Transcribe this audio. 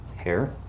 hair